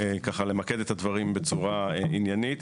ככה למקד את הדברים בצורה עניינית.